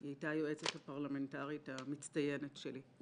היא הייתה היועצת הפרלמנטרית המצטיינת שלי.